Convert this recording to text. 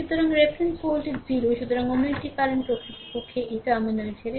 সুতরাং reference voltage 0 সুতরাং অন্য একটি কারেন্ট প্রকৃতপক্ষে এই টার্মিনাল ছেড়ে